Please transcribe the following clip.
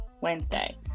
Wednesday